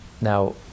Now